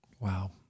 Wow